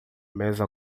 mesa